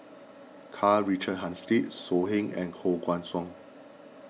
Karl Richard Hanitsch So Heng and Koh Guan Song